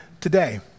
today